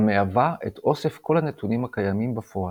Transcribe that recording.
המהווה את אוסף כל הנתונים הקיימים בפועל.